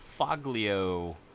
Foglio